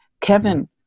Kevin